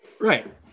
Right